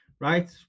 Right